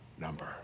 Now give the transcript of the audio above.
number